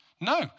No